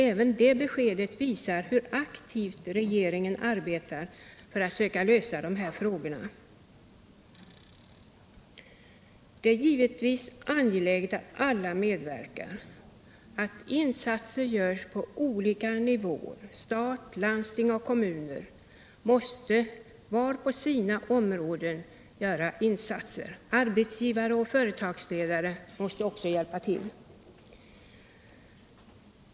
Även det beskedet visar hur aktivt regeringen arbetar för att söka lösa de här frågorna. Det är givetvis angeläget att alla medverkar, att insatser görs på olika nivåer, att stat, landsting och kommuner var och en på sitt område gör insatser och att arbetsgivare och företagsledare också hjälper till.